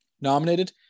nominated